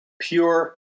pure